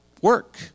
work